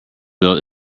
built